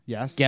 Yes